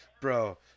Bro